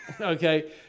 Okay